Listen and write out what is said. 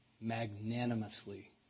magnanimously